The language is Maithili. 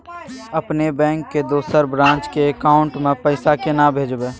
अपने बैंक के दोसर ब्रांच के अकाउंट म पैसा केना भेजबै?